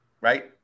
Right